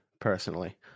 personally